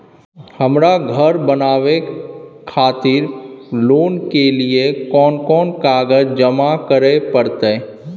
हमरा धर बनावे खातिर लोन के लिए कोन कौन कागज जमा करे परतै?